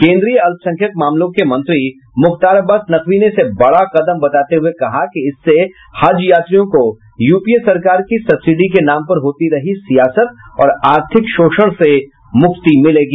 केन्द्रीय अल्पसंख्यक मामलों के मंत्री मुख्तार अब्बास नकवी ने इसे बड़ा कदम बताते हुए कहा कि इससे हज यात्रियों को यूपीए सरकार की सब्सिडी के नाम पर होती रही सियासत और आर्थिक शोषण से मुक्ति मिलेगी